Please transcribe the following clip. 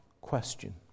question